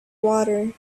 water